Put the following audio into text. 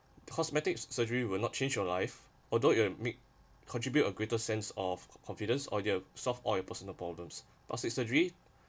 cosmetics surgery will not change your life although you wanna make contribute a greater sense of confidence or you've solved all your personal problems plastic surgery